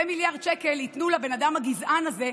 2 מיליארד שקל ילכו לבן אדם הגזען הזה,